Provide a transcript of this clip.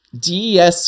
des